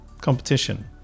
competition